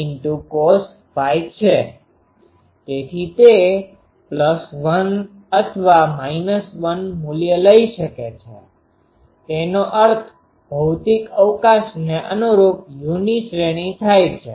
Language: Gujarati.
તેથી તે 1 અથવા 1 મુલ્ય લઈ શકે છે તેનો અર્થ ભૌતિક અવકાશને અનુરૂપ uની શ્રેણી થાય છે